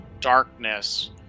darkness